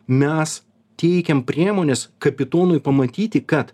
mes teikiam priemonės kapitonui pamatyti kad